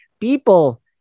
People